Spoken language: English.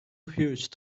huge